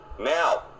now